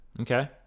Okay